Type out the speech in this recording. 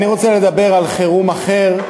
אני רוצה לדבר על חירום אחר,